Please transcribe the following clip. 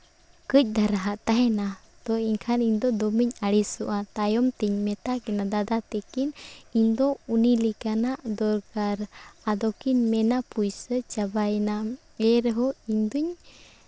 ᱠᱟᱺᱪ ᱫᱷᱟᱨᱟ ᱦᱟᱜ ᱛᱟᱦᱮᱱᱟ ᱛᱚ ᱮᱱᱠᱷᱟᱱ ᱫᱚ ᱤᱧ ᱫᱚ ᱫᱚᱢᱮᱧ ᱟᱹᱲᱤᱥᱚᱜᱼᱟ ᱛᱟᱭᱚᱢ ᱛᱤᱧ ᱢᱮᱛᱟ ᱠᱤᱱᱟᱹ ᱫᱟᱫᱟ ᱛᱮᱠᱤᱱ ᱤᱧ ᱫᱚ ᱩᱱᱤ ᱞᱮᱠᱟᱱᱟᱜ ᱫᱚᱨᱠᱟᱨ ᱟᱫᱚ ᱠᱤᱱ ᱢᱮᱱᱟ ᱯᱚᱭᱥᱟ ᱪᱟᱵᱟᱭᱮᱱᱟ ᱮᱱᱨᱮᱦᱚᱸ ᱤᱧ ᱫᱩᱧ